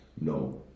No